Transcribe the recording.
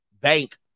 bank